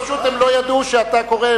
פשוט הם לא ידעו שאתה קורא,